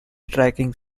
striking